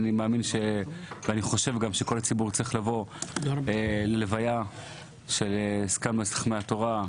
אני חושב שכל הציבור צריך לבוא ללוויה של זקן מועצת חכמי התורה,